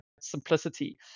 simplicity